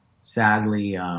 sadly